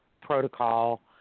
protocol